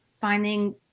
finding